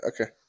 okay